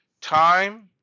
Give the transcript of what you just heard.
Time